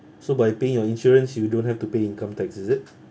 so by paying your insurance you don't have to pay income tax is it